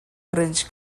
grande